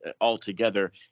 altogether